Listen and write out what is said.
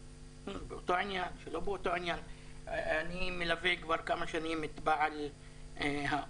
אני מלווה כבר כמה שנים את בעל האולם